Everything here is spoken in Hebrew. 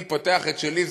אני פותח את שלי,